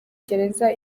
gereza